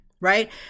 right